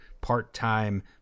part-time